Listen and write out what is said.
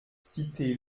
cité